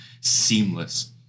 seamless